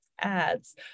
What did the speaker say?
ads